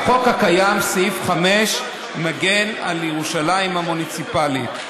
בחוק הקיים, סעיף 5 מגן על ירושלים המוניציפלית.